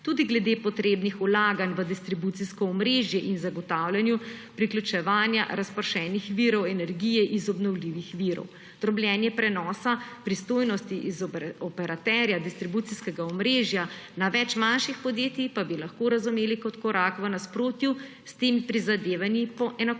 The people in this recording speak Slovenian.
tudi glede potrebnih vlaganj v distribucijsko omrežje in zagotavljanju priključevanja razpršenih virov energije iz obnovljivih virov. Drobljenje prenosa pristojnosti z operaterja distribucijskega omrežja na več manjših podjetjih pa bi lahko razumeli kot korak v nasprotju s temi prizadevanji po enakomernem